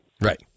Right